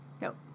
Nope